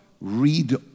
read